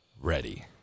ready